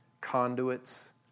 conduits